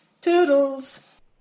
Toodles